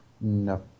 No